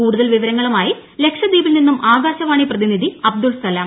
കൂടുതൽ വിവരങ്ങ്ളുമായി ലക്ഷദ്വീപിൽ നിന്നും ആകാശവാണ്ണി പ്രപ്തിനിധി അബ്ദുൾ സലാം